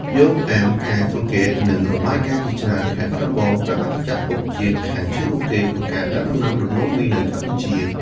យោងតាមការសង្កេត និងរបាយការណ៍ជាច្រើន ខេត្តបាត់ដំបង ត្រូវបានគេចាត់ទុកជាខេត្តឈានមុខគេក្នុងការដាំដុះដំឡូងមីនៅកម្ពុជា។